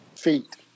feet